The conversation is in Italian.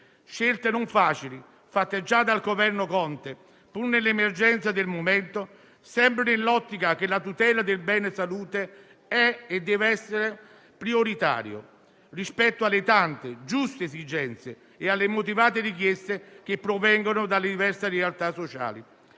scelte non facili, fatte già dal Governo Conte, dettate dall'emergenza del momento e sempre nell'ottica che la tutela del bene salute è e deve essere prioritaria rispetto alle tante giuste esigenze e alle motivate richieste che provengono dalle diverse realtà sociali.